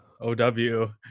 ow